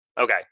Okay